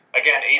again